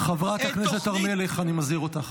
--- חברת הכנסת הר מלך, אני מזהיר אותך.